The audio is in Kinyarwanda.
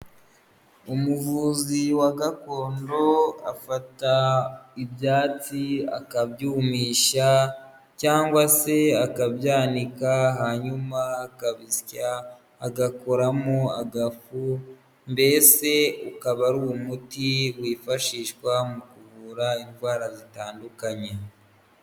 Umuvuzi wa gakondo afata ibyatsi akabyumisha cyangwa se akabyanika, hanyuma akabisya agakoramo agafu; mbese ukaba ari umuti wifashishwa mu kuvura indwara zitandukanye.